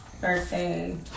birthday